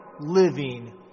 living